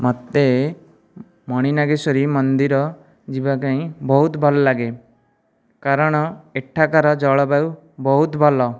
ମୋତେ ମଣିନାଗେଶ୍ୱରୀ ମନ୍ଦିର ଯିବାପାଇଁ ବହୁତ ଭଲ ଲାଗେ କାରଣ ଏଠାକାର ଜଳବାୟୁ ବହୁତ ଭଲ